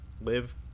live